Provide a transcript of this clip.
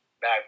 back